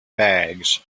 bags